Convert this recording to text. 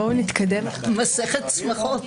ביקורת שיפוטית על